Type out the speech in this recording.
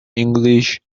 english